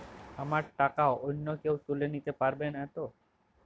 আমার টাকা অন্য কেউ তুলে নিতে পারবে নাতো?